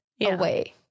away